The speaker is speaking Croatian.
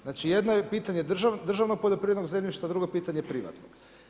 Znači, jedno pitanje državnog poljoprivrednog zemljišta, drugo je pitanje privatnog.